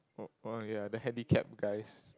oh ya the handicapped guys